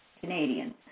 Canadians